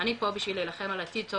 אני פה בשביל להילחם עבור עתיד טוב